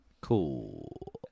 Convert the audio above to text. Cool